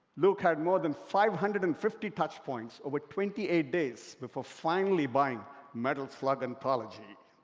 luke had more than five hundred and fifty touchpoints over twenty eight days before finally buying metal slug anthology.